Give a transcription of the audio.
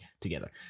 together